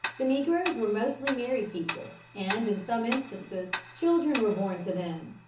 the negroes were mostly married people, and in some instances children were born to them.